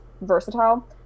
versatile